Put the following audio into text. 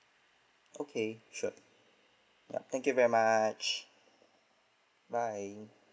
okay sure ya thank you very much bye